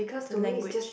the language